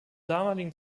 damaligen